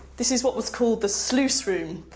this is what was called the sluice room,